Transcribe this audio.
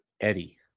eddie